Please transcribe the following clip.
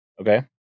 Okay